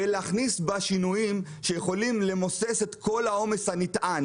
ולהכניס בה שינויים שיכולים למוסס את כל העומס הנטען,